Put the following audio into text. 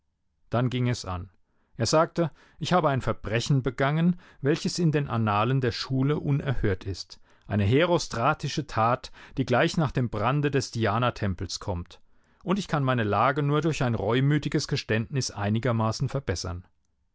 dann ging es an er sagte ich habe ein verbrechen begangen welches in den annalen der schule unerhört ist eine herostratische tat die gleich nach dem brande des dianatempels kommt und ich kann meine lage nur durch ein reumütiges geständnis einigermaßen verbessern